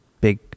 big